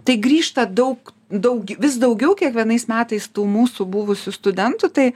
tai grįžta daug daugi vis daugiau kiekvienais metais tų mūsų buvusių studentų tai